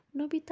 Nobita